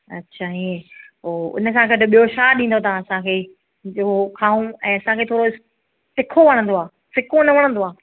अच्छा इएं पोइ इन सां गॾु ॿियो छा ॾींदव तव्हां असांखे जो खाऊं ऐं असांखे थोरो तिखो वणंदो आहे फिको न वणंदो आहे